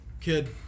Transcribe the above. kid